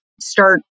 start